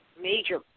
major